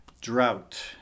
drought